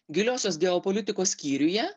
giliosios geopolitikos skyriuje